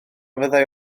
fyddai